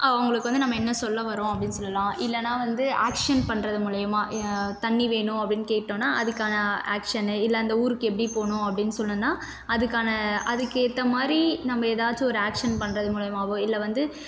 அவங்களுக்கு வந்து நம்ம என்ன சொல்ல வரோம் அப்படினு சொல்லலாம் இல்லைனா வந்து ஆக்ஷன் பண்ணுறது மூலையமாக தண்ணி வேணும் அப்படினு கேட்டோனா அதுக்கான ஆக்ஷன்னு இல்லை அந்த ஊருக்கு எப்படி போகணும் அப்படினு சொன்னோம்ன்னா அதுக்கான அதுக்கேத்தமாதிரி நம்ப எதாச்சும் ஒரு எதாச்சும் ஆக்ஷன் பண்ணுறது மூலையமாகவோ இல்லை வந்து